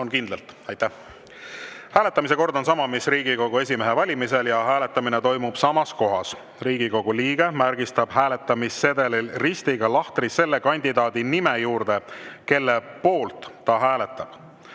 On kindlalt? Aitäh! Hääletamise kord on sama, mis Riigikogu esimehe valimisel, ja hääletamine toimub samas kohas. Riigikogu liige märgistab hääletamissedelil ristiga lahtri selle kandidaadi nime juures, kelle poolt ta hääletab.